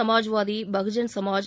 Samajwadi Bahujan Samaj